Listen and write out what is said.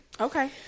okay